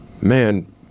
man